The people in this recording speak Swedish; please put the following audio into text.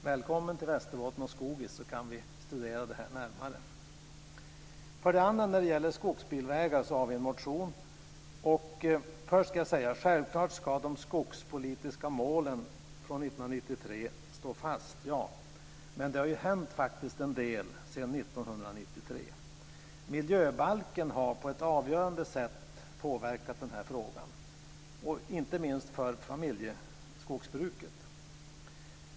Välkommen till Västerbotten och Skogis så kan vi studera det här närmare! För det andra gäller det skogsbilvägar, och där har vi en motion. Självfallet ska de skogspolitiska målen från 1993 stå fast, men det har hänt en del sedan 1993. Miljöbalken har på ett avgörande sätt påverkat den här frågan, inte minst för familjeskogsbruket.